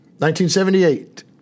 1978